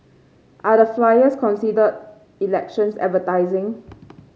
are the flyers considered elections advertising